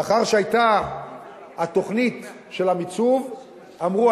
לאחר שהיתה התוכנית של המיצוב אמרו,